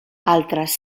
altres